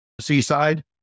seaside